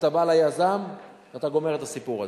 אתה בא ליזם ואתה גומר את הסיפור הזה.